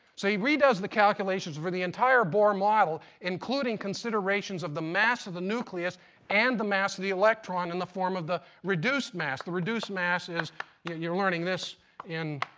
so he redoes the calculations for the entire bohr model, including considerations of the mass of the nucleus and the mass of the electron in the form of the reduced mass. the reduced mass is you're learning this in